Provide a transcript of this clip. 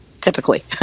typically